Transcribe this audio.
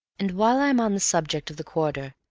and while i am on the subject of the quarter,